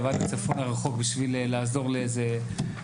עברת לצפון הרחוק בשביל לעזור לאזרח.